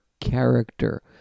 character